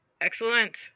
Excellent